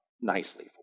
nicely